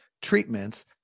Treatments